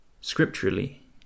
Scripturally